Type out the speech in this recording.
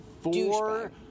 four